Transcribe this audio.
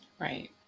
Right